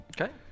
Okay